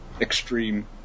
extreme